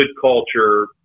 culture